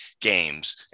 games